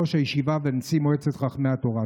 ראש הישיבה ונשיא מועצת חכמי התורה.